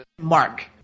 Mark